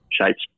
shapes